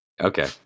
Okay